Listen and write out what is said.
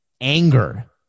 anger